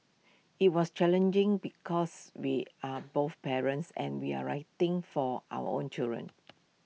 IT was challenging because we are both parents and we're writing for our own children